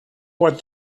what